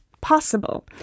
possible